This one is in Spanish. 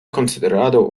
considerado